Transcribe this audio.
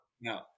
No